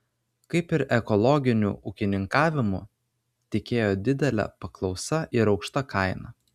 kaip ir ekologiniu ūkininkavimu tikėjo didele paklausa ir aukšta kaina